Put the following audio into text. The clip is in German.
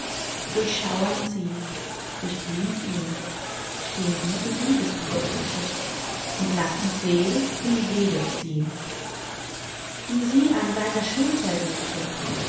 durchschauernd sie durchglühend ihn stehn sie in liebesüberflusse und lassen seel in seele ziehn wie sie an seiner schulter lehnte